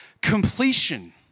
completion